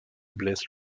blesse